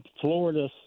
Florida